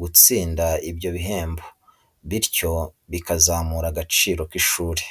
gutsindira ibyo bihembo bityo bikazamura n'agaciro k'ishuri.